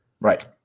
Right